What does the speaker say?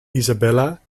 isabella